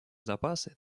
запасы